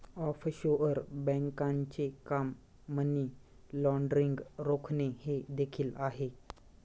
offshore बँकांचे काम money laundering रोखणे हे देखील आहे